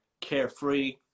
carefree